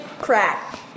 crack